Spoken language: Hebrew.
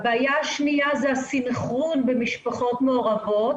הבעיה השנייה זה הסנכרון במשפחות מעורבות